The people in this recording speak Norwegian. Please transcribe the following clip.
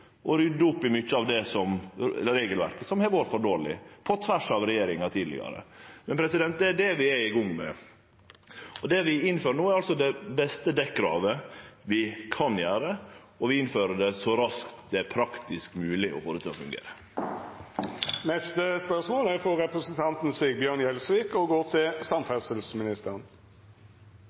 rydde opp i regelverket, som har vore for dårleg, på tvers av tidlegare regjeringar. Det er det vi er i gang med. Og det vi innfører no, er altså det beste dekkravet vi kan ha, og vi innfører det så raskt det er praktisk mogleg å få det til å fungere.